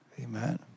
Amen